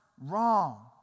wrong